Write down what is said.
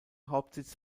hauptsitz